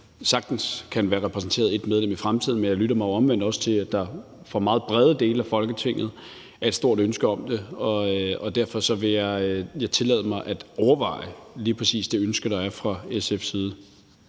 sagtens kan være repræsenteret af et medlem i fremtiden. Men jeg lytter mig omvendt også til, at der fra meget brede dele af Folketinget er et stort ønske om det. Og derfor vil jeg tillade mig at overveje lige præcis det ønske, der er fra SF's side.